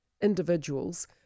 individuals